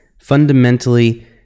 fundamentally